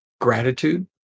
gratitude